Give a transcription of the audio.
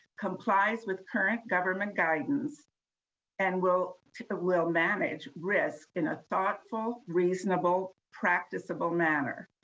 complies with current government guidance and will ah will manage risk in a thoughtful, reasonable, practicable manner.